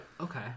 Okay